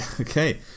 okay